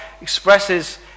expresses